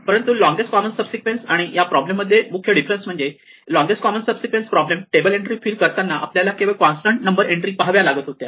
परंतु LCS आणि या प्रॉब्लेम मध्ये मुख्य डिफरन्स म्हणजे LCS problem table entry fill करताना आपल्याला केवळ कॉन्स्टंट नंबर एन्ट्री पाहाव्या लागत होत्या